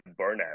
burnout